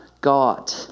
God